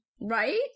Right